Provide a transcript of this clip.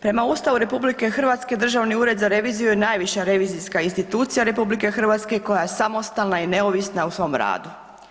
Prema Ustavu RH Državni ured za reviziju je najviša revizijska institucija RH koja je samostalna i neovisna u svom radu.